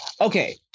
Okay